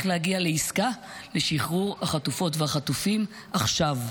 להגיע לעסקה לשחרור החטופות וחטופים עכשיו.